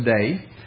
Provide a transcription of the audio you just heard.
today